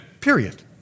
Period